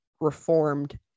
reformed